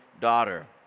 daughter